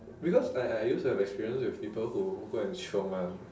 because I I used to have experience with people who go and chiong [one]